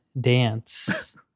Dance